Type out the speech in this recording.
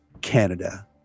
Canada